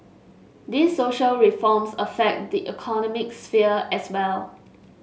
these social reforms affect the economic sphere as well